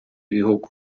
bihugu